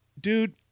Dude